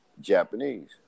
Japanese